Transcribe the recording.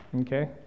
Okay